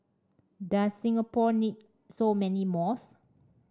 does Singapore need so many malls